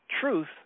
truth